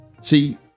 See